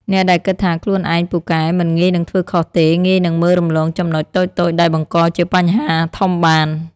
អ្នកដែលគិតថាខ្លួនឯងពូកែ មិនងាយនឹងធ្វើខុសទេ ងាយនឹងមើលរំលងចំណុចតូចៗដែលបង្កជាបញ្ហាធំបាន។